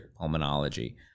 pulmonology